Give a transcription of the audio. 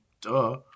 duh